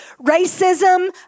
racism